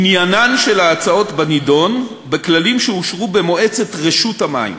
עניינן של ההצעות בנדון בכללים שאושרו במועצת רשות המים.